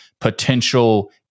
potential